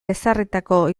ezarritako